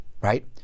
right